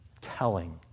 telling